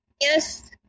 Yes